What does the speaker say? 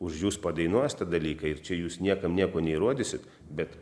už jus padainuos tą dalyką ir čia jūs niekam nieko neįrodysit bet